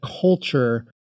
culture